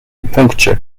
punkcie